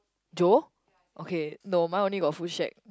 Joe okay no mine only got food shack